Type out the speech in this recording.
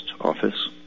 office